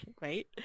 Right